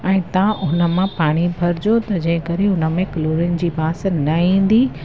ऐं तव्हां हुन मां पाणी भरिजो त जंहिं करे हुन में क्लोरिन जी बांस न ईंदी